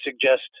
suggest